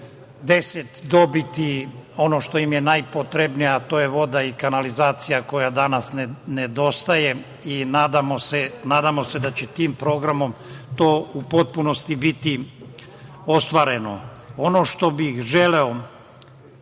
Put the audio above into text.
10 dobiti ono što im je najpotrebnije, a to je voda i kanalizacija, koja danas nedostaje i nadamo se da će tim programom to u potpunosti biti ostvareno. Ono što bih želeo,